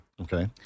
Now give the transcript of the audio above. Okay